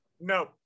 No